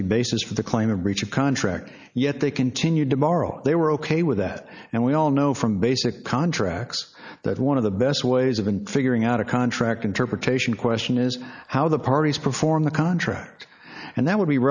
the base as for the claim of breach of contract yet they continued to morrow they were ok with that and we all know from basic contracts that one of the best ways of and figuring out a contract interpretation question is how the parties perform the contract and that would be